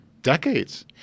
decades